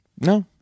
No